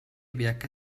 werke